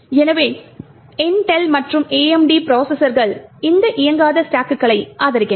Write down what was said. எனவே இன்டெல் மற்றும் AMD ப்ரோசஸர்கள் இந்த இயங்காத ஸ்டாக்குகளை ஆதரிக்கின்றன